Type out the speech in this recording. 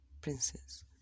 princes